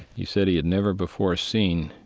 he said he had never before seen,